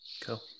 cool